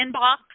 inbox